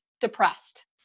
depressed